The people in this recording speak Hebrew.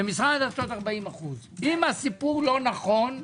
ומשרד הדתות 40%. אם הסיפור לא נכון,